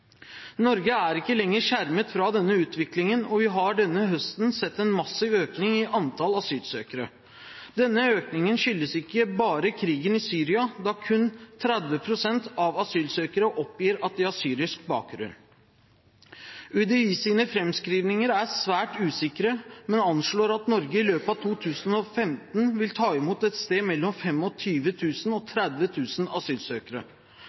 Norge er ikke lenger skjermet fra denne utviklingen, og vi har denne høsten sett en massiv økning i antall asylsøkere. Denne økningen skyldes ikke bare krigen i Syria, da kun 30 pst. av asylsøkere oppgir at de har syrisk bakgrunn. UDIs framskrivninger er svært usikre, men anslår at Norge i løpet av 2015 vil ta imot et sted mellom 25 000 og 30 000 asylsøkere.